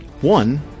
one